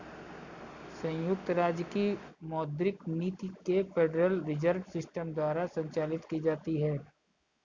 संयुक्त राज्य की मौद्रिक नीति फेडरल रिजर्व सिस्टम द्वारा संचालित की जाती है